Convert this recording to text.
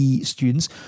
students